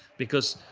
because,